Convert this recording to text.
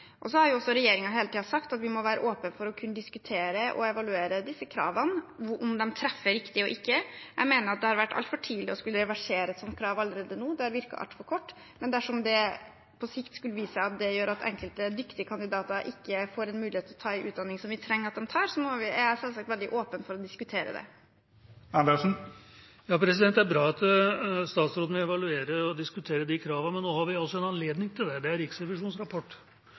Så har regjeringen hele tiden sagt at vi må være åpne for å kunne diskutere og evaluere disse kravene – om de treffer riktig eller ikke. Jeg mener at det hadde vært altfor tidlig å skulle reversere et slikt krav allerede nå – det har virket altfor kort tid – men dersom det på sikt skulle vise seg at det gjør at enkelte dyktige kandidater ikke får mulighet til å ta en utdanning som vi trenger at de tar, er jeg selvsagt veldig åpen for å diskutere det. Det er bra at statsråden vil evaluere og diskutere de kravene, men nå har vi altså en anledning til det. Det er Riksrevisjonens rapport,